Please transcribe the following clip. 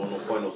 just